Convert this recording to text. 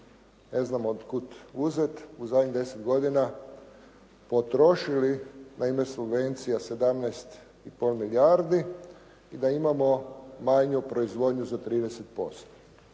ne znam otkud uzet u zadnjih 10 godina potrošili na ime subvencija 17 i pol milijardi i da imamo manju proizvodnju za 30%.